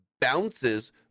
bounces